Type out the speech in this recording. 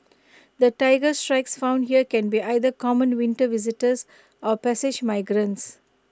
the Tiger Shrikes found here can be either common winter visitors or passage migrants